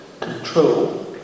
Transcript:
control